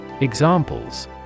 Examples